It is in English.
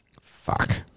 Fuck